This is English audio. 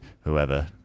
whoever